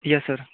yes sir